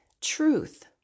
truth